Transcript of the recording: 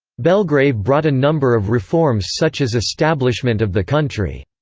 belgrave brought a number of reforms such as establishment of the country's